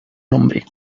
nombre